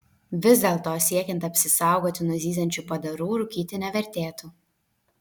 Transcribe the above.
vis dėlto siekiant apsisaugoti nuo zyziančių padarų rūkyti nevertėtų